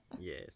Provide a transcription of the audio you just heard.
Yes